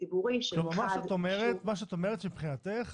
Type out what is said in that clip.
הציבורי -- אז מה שאת אומרת זה שמבחינתך,